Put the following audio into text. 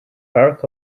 barack